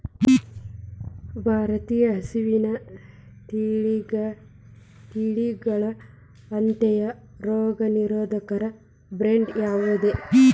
ಭಾರತೇಯ ಹಸುವಿನ ತಳಿಗಳ ಅತ್ಯಂತ ರೋಗನಿರೋಧಕ ಬ್ರೇಡ್ ಯಾವುದ್ರಿ?